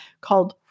called